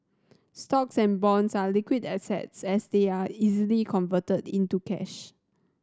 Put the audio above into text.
stocks and bonds are liquid assets as they are easily converted into cash